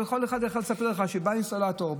כל אחד יכול לספר לך שבא אינסטלטור,